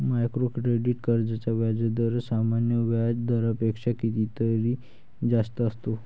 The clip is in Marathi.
मायक्रो क्रेडिट कर्जांचा व्याजदर सामान्य व्याज दरापेक्षा कितीतरी जास्त असतो